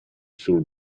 sul